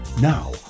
Now